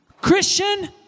Christian